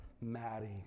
Maddie